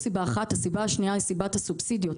הסיבה השנייה היא סיבת הסובסידיות,